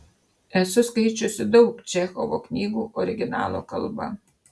esu skaičiusi daug čechovo knygų originalo kalba